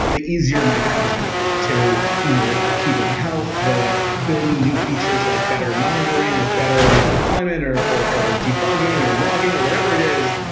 the easier my job is going to be, to you know the upkeep of the health, the building new features, like better monitoring or better deployment or or debugging or logging or whatever it is,